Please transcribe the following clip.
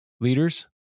Leaders